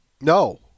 no